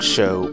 Show